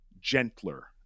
gentler